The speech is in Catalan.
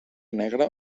negre